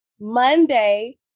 Monday